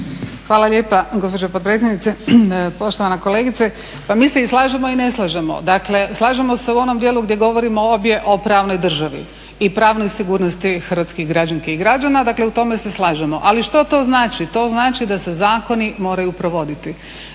Hvala lijepa gospođo potpredsjednice. Poštovana kolegice, pa mi se i slažemo i ne slažemo. Dakle slažemo se u onom dijelu gdje govorimo obje o pravnoj državi i pravnoj sigurnosti hrvatskih građanki i građana, dakle u tome se slažemo. Ali što to znači? To znači da se zakoni moraju provoditi,